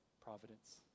providence